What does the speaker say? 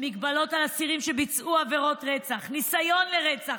הגבלות על אסירים שביצעו עבירות רצח, ניסיון לרצח,